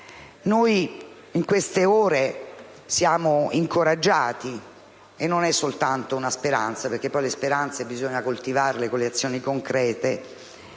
Noi in queste ore siamo incoraggiati ‑ non è soltanto una speranza, perché le speranze bisogna poi coltivarle con le azioni concrete